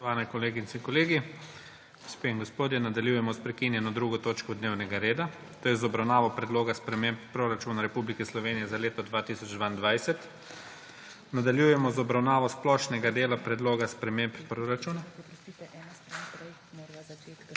Spoštovane kolegice, kolegi, gospe in gospodje! **Nadaljujemo s prekinjeno 2. točko dnevnega reda, to je z obravnavo Predloga sprememb proračuna Republike Slovenije za leto 2022.** Nadaljujemo z obravnavo splošnega dela predloga sprememb proračuna.